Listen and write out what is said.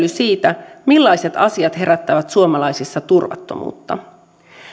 siitä millaiset asiat herättävät suomalaisissa turvattomuutta